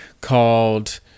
called